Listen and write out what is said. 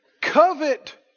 covet